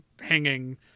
hanging